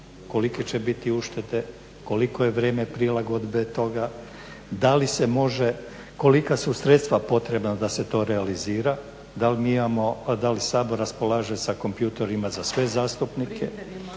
kolike će biti uštede, koliko je vrijeme prilagodbe toga da li se može, kolika su sredstva potrebna da se to realizira? Da li Sabor raspolaže sa kompjuterima za sve zastupnike?